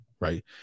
right